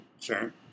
Sure